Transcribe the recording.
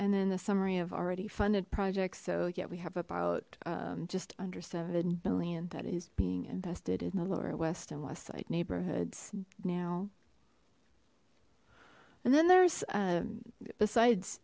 and then the summary of already funded projects so yeah we have about just under seven million that is being invested in the lower west and west side neighborhoods now and then there's besides